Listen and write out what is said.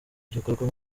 igikorwa